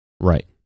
Right